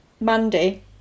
Mandy